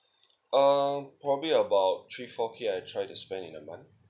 um probably about three four K I try to spend in a month